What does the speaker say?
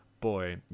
boy